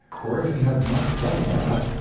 for if he had not done that,